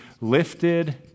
lifted